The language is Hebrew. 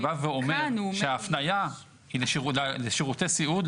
אני בא ואומר שההפניה היא לשירותי סיעוד,